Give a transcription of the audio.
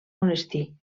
monestir